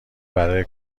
برای